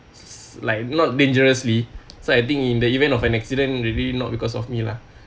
like not dangerously so I think in the event of an accident really not because of me lah